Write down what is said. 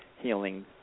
healing